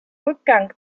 rückgang